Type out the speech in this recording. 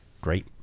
great